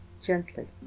Gently